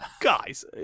guys